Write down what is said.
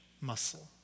muscle